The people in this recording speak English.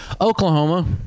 Oklahoma